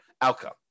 outcome